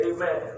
Amen